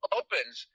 opens –